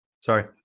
Sorry